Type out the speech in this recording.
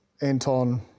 Anton